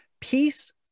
Peace